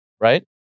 right